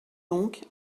donc